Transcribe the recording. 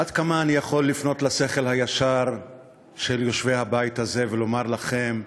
עד כמה אני יכול לפנות לשכל הישר של יושבי הבית הזה ולומר לכם: